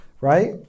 Right